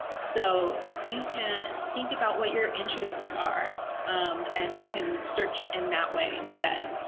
so, you can think about what your interests are and you can search in that way instead.